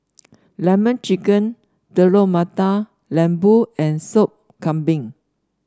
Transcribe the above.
lemon chicken Telur Mata Lembu and Soup Kambing